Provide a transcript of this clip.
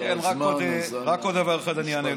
אז אנא,